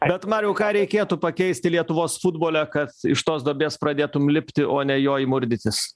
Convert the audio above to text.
bet mariau ką reikėtų pakeisti lietuvos futbole kad iš tos duobės pradėtum lipti o ne joj murdytis